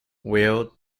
wheel